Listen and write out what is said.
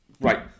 right